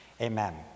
Amen